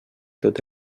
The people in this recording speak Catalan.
tot